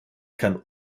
kann